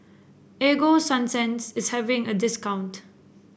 Ego Sunsense is having a discount